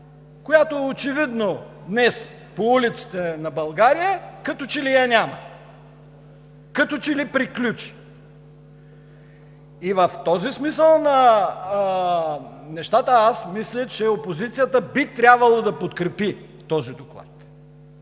която очевидно днес по улиците на България като че ли я няма, като че ли приключи?! В този смисъл на нещата мисля, че опозицията би трябвало да подкрепи този доклад,